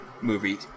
movie